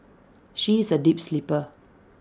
she is A deep sleeper